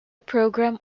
programme